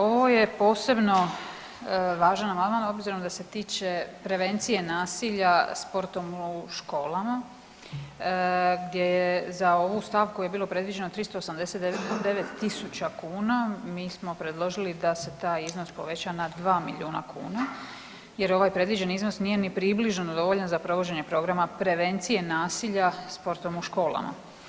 Ovo je posebno važan amandman obzirom da se tiče prevencije nasilja sportom u školama gdje za ovu stavku je bilo predviđeno 389.000 kuna, mi smo predložili da se taj iznos poveća na 2 milijuna kuna jer ovaj predviđeni iznos nije ni približno dovoljan za provođenje programa prevencije nasilja sportom u školama.